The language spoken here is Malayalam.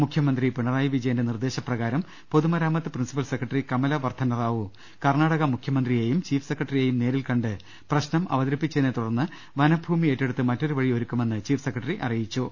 മുഖ്യമന്ത്രി പിണറായി വിജ യന്റെ നിർദ്ദേശപ്രകാരം പൊതുമരാമത്ത് പ്രിൻസിപ്പൽ സെക്രട്ടറി കമലവർദ്ധ ട നറാവു കർണാടക മുഖ്യമന്ത്രിയെയും ചീഫ് സെക്രട്ടറിയെയും നേരിൽ കണ്ട് പ്രശ്നം അവതരിപ്പിച്ചതിനെ തുടർന്ന് വനഭൂമി ഏറ്റെടുത്ത് മറ്റൊരു വഴി ഒരു ക്കുമെന്ന് ചീഫ് സെക്രട്ടറി അറിയിച്ചു